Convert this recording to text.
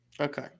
Okay